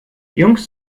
jungs